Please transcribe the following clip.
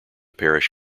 parish